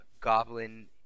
goblin